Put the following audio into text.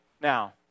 now